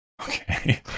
Okay